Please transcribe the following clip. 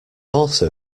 also